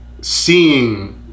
seeing